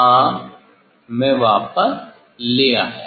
हां मैं वापस ले आया